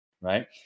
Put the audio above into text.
right